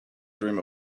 dream